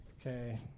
Okay